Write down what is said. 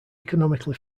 economically